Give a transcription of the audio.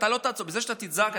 בזה שאתה תזעק,